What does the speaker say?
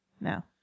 No